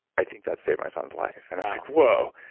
i think that saved my son's life. and i was like, whoa.